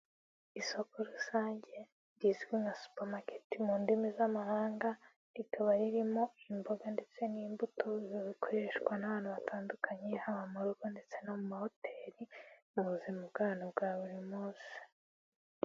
Isoko rusange rizwi nka supermarket mu ndimi z'amahanga, rikaba ririmo imboga ndetse n'imbuto zikoreshwa n'abantu batandukanye, haba mu rugo ndetse no mu mahoteli mu buzima bwayu bwa buri munsi.